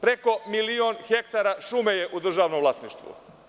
Preko milion hektara šume je u državnom vlasništvu.